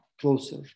closer